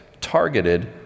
targeted